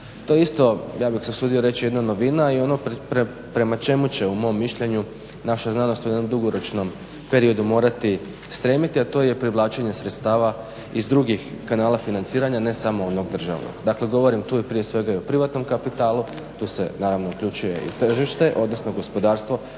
To je isto, ja bih se usudio reći, jedna novina i ono prema čemu će po mom mišljenju naša znanost u jednom dugoročnom periodu morati stremiti, a to je privlačenje sredstava iz drugih kanala financiranja, ne samo onog državnog. Dakle govorim tu prije svega i o privatnom kapitalu, tu se naravno uključuje i tržište, odnosno gospodarstvo